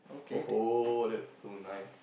ho ho that's so nice